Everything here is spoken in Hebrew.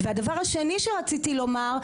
והדבר השני שרציתי לומר,